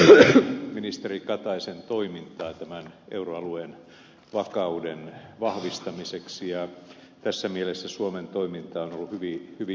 arvostan ministeri kataisen toimintaa tämän euroalueen vakauden vahvistamiseksi ja tässä mielessä suomen toiminta on ollut hyvin johdonmukaista